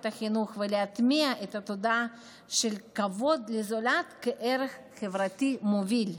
החינוך ולהטמיע את התודעה של כבוד לזולת כערך חברתי מוביל.